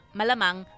malamang